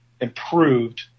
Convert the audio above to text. improved